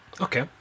Okay